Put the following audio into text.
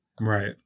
Right